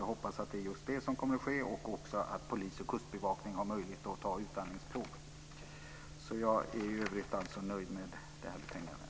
Jag hoppas att man tar fasta på det och att polis och kustbevakning ska få möjlighet att ta utandningsprov. I övrigt är jag nöjd med utskottets betänkande.